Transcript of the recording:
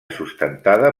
sustentada